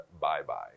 bye-bye